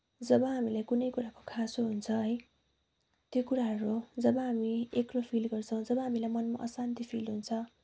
जब हामीलाई कुनै कुराको खाँचो हुन्छ है त्यो कुराहरू जब हामी एक्लो फिल गर्छौँ जब हामीलाई मनमा अशान्ति फिल हुन्छ